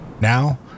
Now